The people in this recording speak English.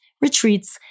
retreats